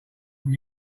from